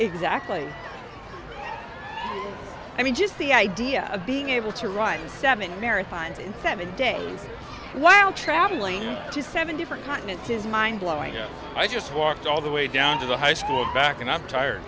exactly i mean just the idea of being able to write seven marathons in seven days while traveling to seven different continents is mind blowing you know i just walked all the way down to the high school back and i'm tired